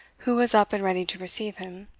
who was up and ready to receive him.